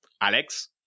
Alex